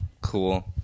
Cool